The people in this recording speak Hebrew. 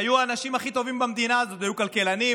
היו האנשים הכי טובים במדינה הזאת: היו כלכלנים,